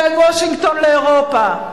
בין וושינגטון לאירופה,